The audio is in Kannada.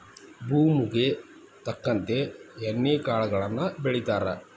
ಭೂಮುಗೆ ತಕ್ಕಂತೆ ಎಣ್ಣಿ ಕಾಳುಗಳನ್ನಾ ಬೆಳಿತಾರ